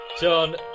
John